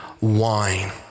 wine